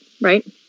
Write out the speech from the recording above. right